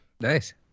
Nice